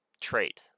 Trait